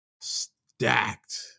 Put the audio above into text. stacked